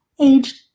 aged